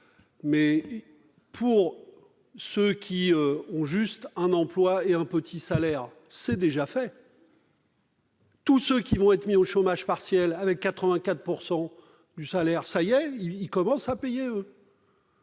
mais, pour ceux qui ont juste un emploi et un petit salaire, c'est déjà fait ! Tous ceux qui sont mis au chômage partiel, avec 84 % de leur salaire, commencent à payer !